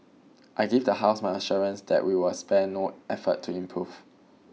I give the House my assurance that we will spare no effort to improve